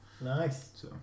Nice